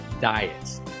diets